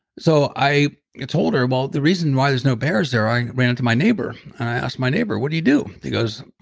so i told her, well, the reason why there's no bears there, i ran into my neighbor and i asked my neighbor, what do you do? he goes,